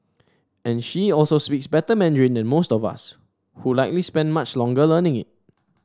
and she also speaks better Mandarin than most of us who likely spent much longer learning it